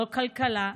לא כלכלה,